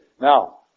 Now